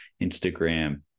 Instagram